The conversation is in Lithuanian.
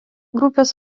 grupės